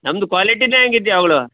ನಮ್ದು ಕ್ವಾಲಿಟಿಯೇ ಹಂಗಿತ್ತು ಯಾವಾಗಲೂ